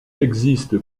existe